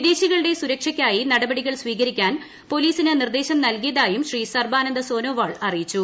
വിദേശികളുടെ സുരക്ഷയ്ക്കായി നടപടികൾ സ്വീകരിക്കാൻ ്പോലീസിന് നിർദ്ദേശം നൽകിയതായും ശ്രീ സർബാനന്ദ സൊനോവാൾ അറിയിച്ചു